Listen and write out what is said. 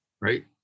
right